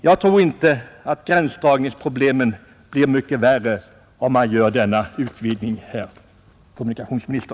Jag tror inte att gränsdragningsproblemen blir mycket svårare om man gör en sådan utvidgning, herr kommunikationsminister.